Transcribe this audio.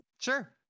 sure